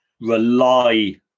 rely